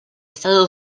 stato